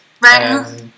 Right